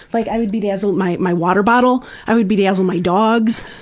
like i would bedazzle my my water bottle. i would bedazzle my dogs.